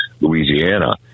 Louisiana